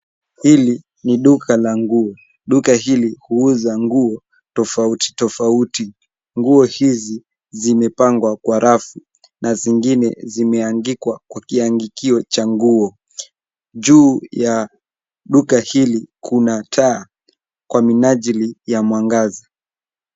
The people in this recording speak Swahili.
Hili ni duka la nguo. Duka hili huuza nguo tofauti tofauti. Nguo hizi zimepangwa kwa rafu na zingine zimeangikwa kwa kiangikio cha nguo. Juu ya duka hili kuna taa kwa minajili ya mwangaza.